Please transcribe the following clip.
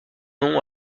nom